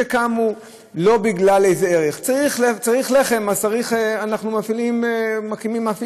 שקמו לא בגלל איזה ערך: צריך לחם אז אנחנו מקימים מאפייה,